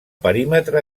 perímetre